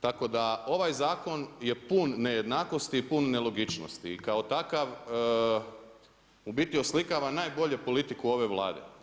Tako da ovaj zakon je pun nejednakosti, pun nelogičnosti i kao takav u biti oslikava najbolje politiku ove Vlade.